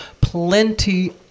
plenty